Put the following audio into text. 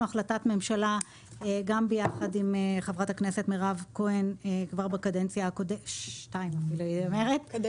החלטת ממשלה גם ביחד עם חברת הכנסת מירב כהן כבר לפני שתי קדנציות,